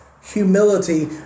humility